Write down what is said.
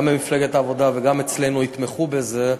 גם במפלגת העבודה וגם אצלנו יתמכו בזה,